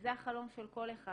וזה החלום של כל אחד,